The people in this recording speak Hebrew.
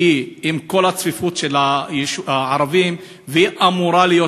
שעם כל הצפיפות שלה היא אמורה להיות,